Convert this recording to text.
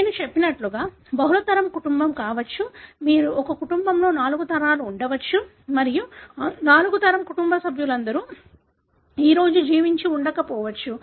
నేను చెప్పినట్లుగా బహుళ తరం కుటుంబం ఉండవచ్చు మీరు ఒక కుటుంబంలో నాలుగు తరాలు ఉండవచ్చు మరియు ఆ నాలుగు తరం కుటుంబ సభ్యులందరూ ఈరోజు జీవించి ఉండకపోవచ్చు